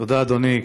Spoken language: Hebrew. תודה, אדוני.